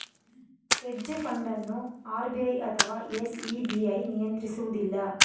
hedge fund ಅನ್ನು RBI ಅಥವಾ SEBI ನಿಯಂತ್ರಿಸುವುದಿಲ್ಲ